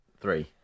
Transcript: Three